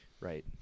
right